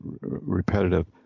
repetitive